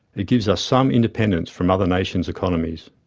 it gives us some independence from other nations' economies.